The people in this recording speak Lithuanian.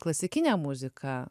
klasikinę muziką